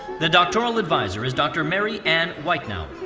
the doctoral advisor is dr. mary ann weitnauer.